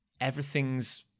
everything's